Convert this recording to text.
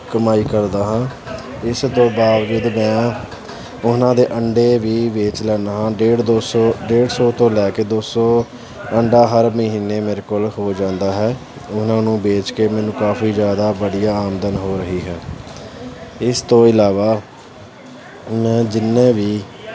ਕਮਾਈ ਕਰਦਾ ਹਾਂ ਇਸ ਤੋਂ ਬਾਵਜੂਦ ਮੈਂ ਉਹਨਾਂ ਦੇ ਅੰਡੇ ਵੀ ਵੇਚ ਲੈਂਦਾ ਹਾਂ ਡੇਢ ਦੋ ਸੌ ਡੇਢ ਸੌ ਤੋਂ ਲੈ ਕੇ ਦੋ ਸੌ ਅੰਡਾ ਹਰ ਮਹੀਨੇ ਮੇਰੇ ਕੋਲ ਹੋ ਜਾਂਦਾ ਹੈ ਉਹਨਾਂ ਨੂੰ ਵੇਚ ਕੇ ਮੈਨੂੰ ਕਾਫੀ ਜ਼ਿਆਦਾ ਵਧੀਆ ਆਮਦਨ ਹੋ ਰਹੀ ਹੈ ਇਸ ਤੋਂ ਇਲਾਵਾ ਮੈਂ ਜਿੰਨੇ ਵੀ